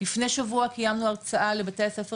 לפני שבוע קיימנו הרצאה לבתי הספר